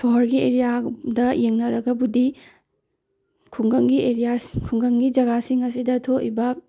ꯁꯣꯍꯣꯔꯒꯤ ꯑꯦꯔꯤꯌꯥꯗ ꯌꯦꯡꯅꯔꯒꯕꯨꯗꯤ ꯈꯨꯡꯒꯪꯒꯤ ꯑꯦꯔꯤꯌꯥꯁ ꯈꯨꯡꯒꯪꯒꯤ ꯖꯒꯥꯁꯤꯡ ꯑꯁꯤꯗ ꯊꯣꯛꯏꯕ